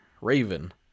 Raven